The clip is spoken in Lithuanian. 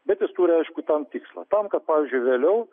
bet jis turi aišku tam tikslą tam kad pavyzdžiui vėliau